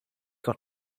got